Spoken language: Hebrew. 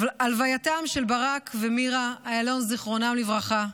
הלווייתם של ברק ומירה איילון, זיכרונם לברכה,